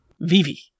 Vivi